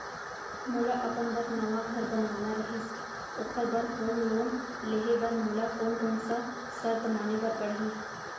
मोला अपन बर नवा घर बनवाना रहिस ओखर बर होम लोन लेहे बर मोला कोन कोन सा शर्त माने बर पड़ही?